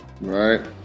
right